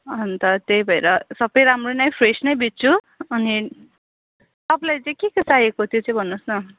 अन्त त्यही भएर सबै राम्रो नै फ्रेस नै बेच्छु अनि तपाईँलाई चाहिँ के के चाहिएको त्यो चाहिँ भन्नुहोस्